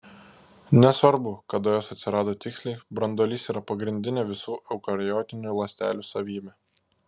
nesvarbu kada jos atsirado tiksliai branduolys yra pagrindinė visų eukariotinių ląstelių savybė